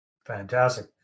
Fantastic